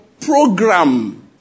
program